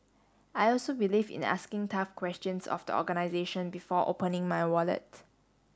I also believe in asking tough questions of the organisation before opening my wallet